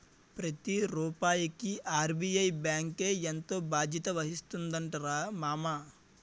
ప్రతి రూపాయికి ఆర్.బి.ఐ బాంకే ఎంతో బాధ్యత వహిస్తుందటరా మామా